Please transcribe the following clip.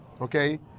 okay